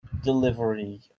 Delivery